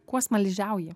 kuo smaližiauji